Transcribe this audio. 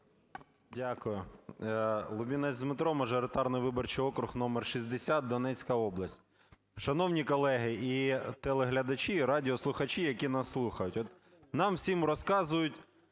Дякую. Лубінець Дмитро, мажоритарний виборчий округ номер 60, Донецька область. Шановні колеги і телеглядачі, і радіослухачі, які нас слухають! От, нам всім розказують: